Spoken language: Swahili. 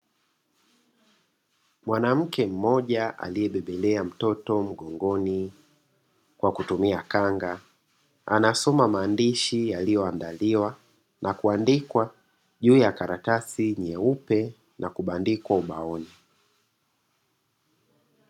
Mwanamke mmoja aliyebebelea mtoto mgongoni kwa kutumia kanga anasoma maandishi yaliyoandaliwa na kuandikwa juu ya karatasi nyeupe na kubandikwa ubaoni.